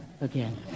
again